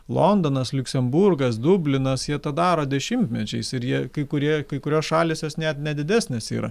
londonas liuksemburgas dublinas jie tą daro dešimtmečiais ir jei kai kurie kai kurios šalys jos net nedidesnės yra